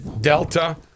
Delta